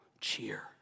cheer